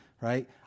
right